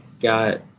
got